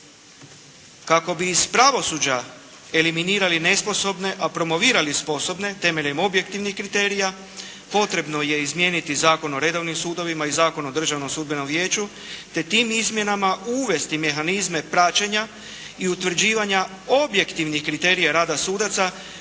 Kako bi iz pravosuđa eliminirali nesposobne, a promovirali sposobne, temeljem objektivnih kriterija potrebno je izmijeniti Zakon o redovnim sudovima i Zakon o državnom sudbenom vijeću te tim izmjenama uvesti mehanizme praćenja i utvrđivanja objektivnih kriterija rada sudaca